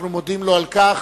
אנחנו מודים לו על כך.